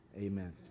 Amen